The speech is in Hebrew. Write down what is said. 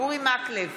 אורי מקלב,